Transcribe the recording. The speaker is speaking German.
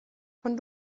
von